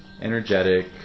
energetic